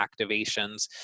activations